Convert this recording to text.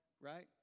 right